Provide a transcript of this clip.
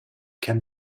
can